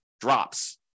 drops